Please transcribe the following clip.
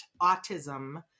autism